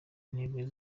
intego